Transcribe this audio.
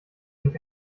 nicht